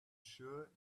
sure